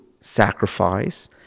sacrifice